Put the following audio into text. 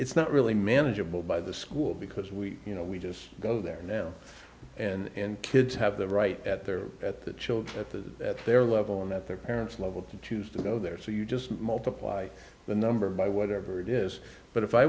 it's not really manageable by the school because we you know we just go there now and kids have the right at their at the children at the at their level and that their parents love to choose to go there so you just multiply the number by whatever it is but if i